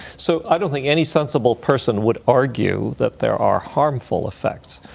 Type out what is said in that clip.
so i don't think any sensible person would argue that there are harmful effects.